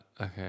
Okay